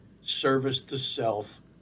service-to-self